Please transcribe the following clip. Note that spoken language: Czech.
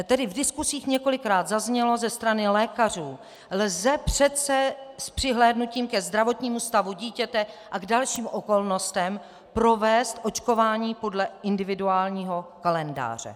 Tedy v diskusích několikrát zaznělo ze strany lékařů: lze přece s přihlédnutím ke zdravotnímu stavu dítěte a k dalším okolnostem provést očkování podle individuálního kalendáře.